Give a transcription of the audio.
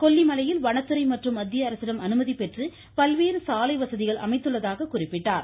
கொல்லிமலையில் வனத்துறை மற்றும் மத்தியஅரசிடம் அனுமதி பெற்று பல்வேறு சாலை வசதிகள் அமைத்துள்ளதாக தெரிவித்தார்